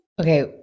Okay